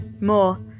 More